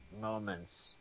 moments